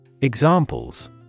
Examples